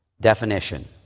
definition